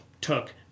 took